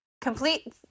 Complete